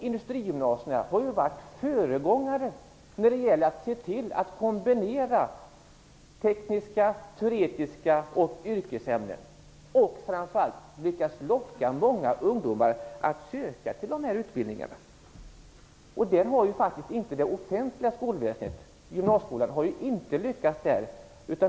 Industrigymnasierna har ju varit föregångare när det gäller att se till att kombinera tekniska, teoretiska och yrkesinriktade ämnen. Framför allt har man lyckats locka många ungdomar att söka till dessa utbildningar. Det offentliga skolväsendet med sin gymnasieskola har faktiskt inte lyckats med det.